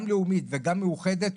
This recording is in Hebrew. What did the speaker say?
גם לאומית וגם מאוחדת,